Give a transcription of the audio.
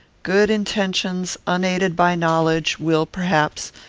good intentions, unaided by knowledge, will, perhaps,